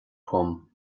dom